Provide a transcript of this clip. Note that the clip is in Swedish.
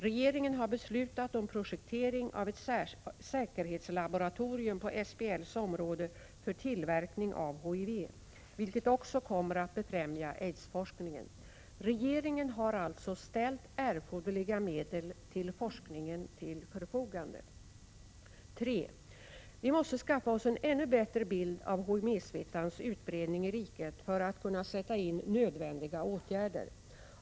Regeringen har beslutat om projektering av ett säkerhetslaboratorium på SBL:s område för tillverkning av HIV, vilket också kommer att befrämja aidsforskningen. Regeringen har alltså ställt erforderliga medel till forskningen till förfogande. 3. Vimåste skaffa oss en ännu bättre bild av HIV-smittans utbredning i riket för att kunna sätta in nödvändiga åtgärder.